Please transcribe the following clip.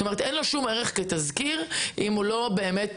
אין לו שום ערך כתזכיר אם הוא לא מובא,